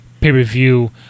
pay-per-view